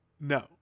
No